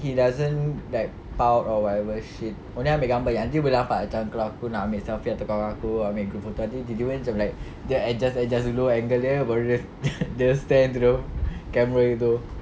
he doesn't like pout or whatever shit oh dia ambil gambar nanti boleh nampak macam kalau aku nak ambil selfie atau aku ambil group photo nanti tiba-tiba macam like dia adjust adjust dulu angle dia baru dia stare through camera gitu